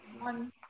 one